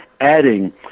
adding